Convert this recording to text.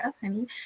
Honey